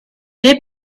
thé